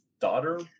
daughter